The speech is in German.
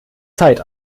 zeit